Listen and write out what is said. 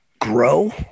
grow